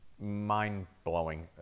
mind-blowing